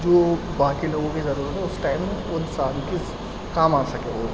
جو باقی لوگوں کی ضرور ہو اس ٹائم اس ان انسان کی کام آ سکے وہ